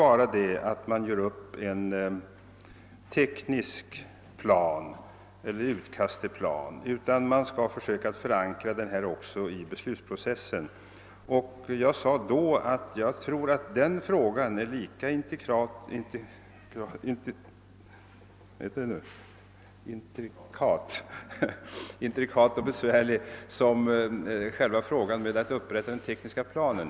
Jag framhöll där att man inte bara skall göra upp ett utkast till en plan utan man skall försöka att även förankra den i beslutsprocessen. Jag sade då att denna fråga är lika intrikat och besvärlig som själva problemet med att upprätta den tekniska planen.